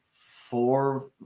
four